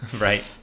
right